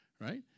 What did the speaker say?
right